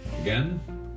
Again